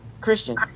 christian